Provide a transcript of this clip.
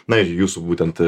na ir jūsų būtent